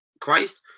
Christ